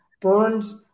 Burns